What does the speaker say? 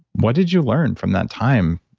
what did you learn from that time